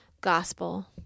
gospel